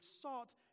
sought